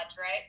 right